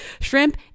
shrimp